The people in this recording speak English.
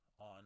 on